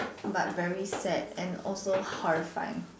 but very sad and also horrifying